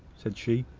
said she,